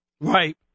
Right